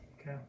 Okay